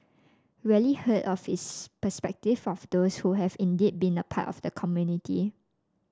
rarely heard of is the perspective of those who have indeed been a part of the community